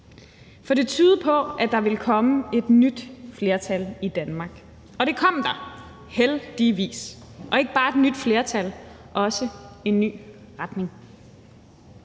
for det tydede på, at der ville komme et nyt flertal i Danmark – og det kom der heldigvis. Det var ikke bare et nyt flertal; det var også en ny retning.